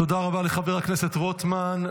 תודה רבה לחבר הכנסת רוטמן.